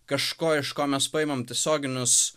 kažko iš ko mes paimam tiesioginius